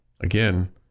again